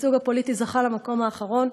הייצוג הפוליטי זכה למקום האחרון,